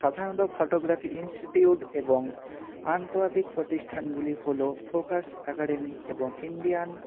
সাধারণত photography institute এবং আন্তর্জাতিক প্রতিষ্ঠানগুলি হলো ফোকাস অ্যাকাডেমি এবং ইন্ডিয়ান